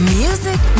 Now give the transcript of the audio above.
music